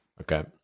Okay